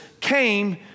came